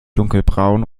dunkelbraun